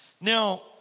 Now